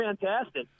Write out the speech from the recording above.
fantastic